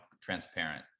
transparent